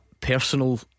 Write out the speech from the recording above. Personal